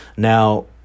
Now